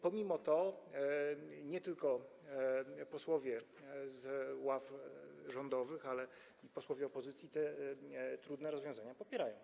Pomimo to nie tylko posłowie z ław rządowych, ale i posłowie opozycji te trudne rozwiązania popierają.